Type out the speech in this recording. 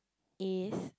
is